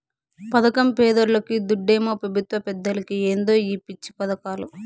పదకం పేదోల్లకి, దుడ్డేమో పెబుత్వ పెద్దలకి ఏందో ఈ పిచ్చి పదకాలు